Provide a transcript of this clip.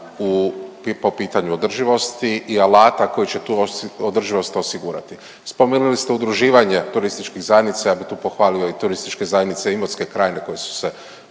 po pitanju održivosti i alata koji će tu održivost osigurati. Spomenuli ste udruživanje turističkih zajednica. Ja bi tu pohvalio i Turističke zajednice imotske krajine koje su se